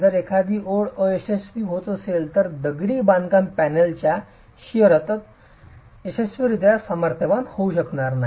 जर एखादी ओळ अयशस्वी होत असेल तर दगडी बांधकाम पॅनेलच्या शिअरत यशस्वीरित्या सामर्थ्यवान होऊ शकणार नाही